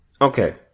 Okay